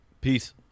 Peace